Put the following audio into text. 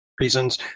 reasons